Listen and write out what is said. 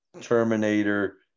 Terminator